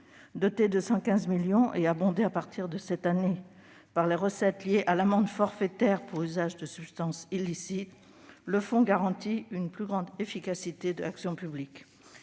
Doté de 115 millions d'euros et abondé, à partir de cette année, par les recettes liées à l'amende forfaitaire pour usage de substance illicite, le fonds garantit une plus grande efficacité de l'action publique.